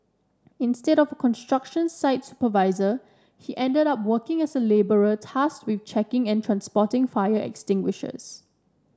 instead of a construction site supervisor he ended up working as a labourer tasked with checking and transporting fire extinguishers